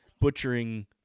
butchering